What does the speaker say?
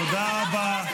תודה רבה.